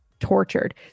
tortured